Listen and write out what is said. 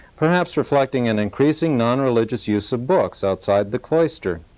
perhaps reflecting an increasing non-religious use of books outside the cloister.